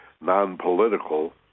non-political